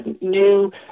new